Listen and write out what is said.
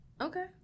Okay